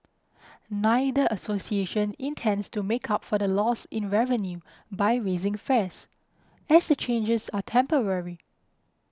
neither association intends to make up for the loss in revenue by raising fares as the changes are temporary